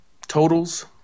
totals